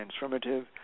transformative